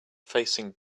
facing